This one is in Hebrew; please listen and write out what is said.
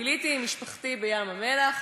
ביליתי עם משפחתי בים-המלח,